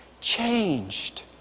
changed